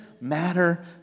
Matter